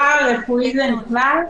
פרא-רפואי נכלל?